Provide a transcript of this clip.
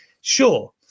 Sure